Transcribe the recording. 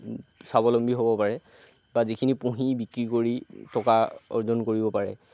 স্বাৱলম্বী হ'ব পাৰে বা যিখিনি পুহি বিক্ৰী কৰি টকা অৰ্জন কৰিব পাৰে